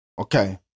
okay